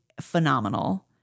phenomenal